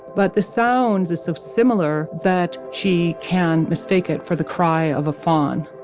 but the sounds is so similar that she can mistake it for the cry of a fawn